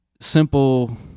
simple